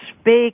speak